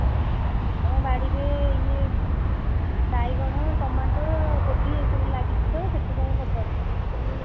ହଁ ଆମ ବାଡ଼ିରେ ଇଏ ବାଇଗଣ ଟମାଟୋ କୋବି ଏସବୁ ଲାଗିଛି ତ ସେଥିପାଇଁ ପଚାରୁଥିଲି ମୁଁ କହିଲି